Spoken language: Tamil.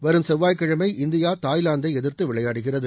வரும் செவ்வாய் கிழமை இந்தியா தாய்லாந்தை எதிர்த்து விளையாடுகிறது